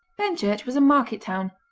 benchurch was a market town,